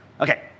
Okay